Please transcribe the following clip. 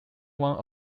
one